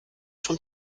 vom